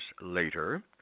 later